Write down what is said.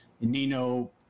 Nino